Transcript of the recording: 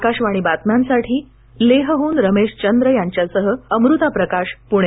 आकाशवाणी बातम्यांसाठी लेहहून रमेशचंद्र यांच्यासह अमृता प्रकाश पुणे